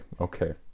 okay